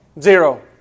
Zero